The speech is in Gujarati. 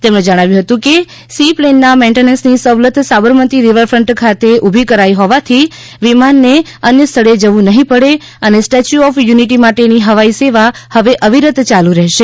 તેમણે જણાવ્યું હતું કે સી પ્લેનના મેઈન્ટેનન્સની સવલત સાબરમતી રિવરફન્ટ ખાતે ઊભી કરાઈ રહી હોવાથી વિમાનને અન્ય સ્થળે જવું નહીં પડે અને સ્ટેચ્યું ઓફ યુનિટી માટેની હવાઈ સેવા હવે અવિરત યાલુ રહેશે